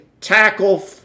tackle